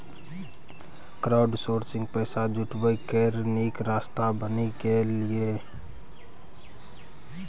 crowdsourcing पैसा जुटबै केर नीक रास्ता बनि गेलै यै